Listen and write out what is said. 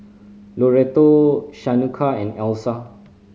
Loretto Shaneka and Elsa